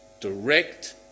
direct